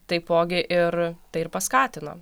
taipogi ir tai ir paskatino